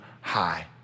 high